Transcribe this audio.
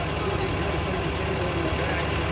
so looking good. it's under the table in my bag.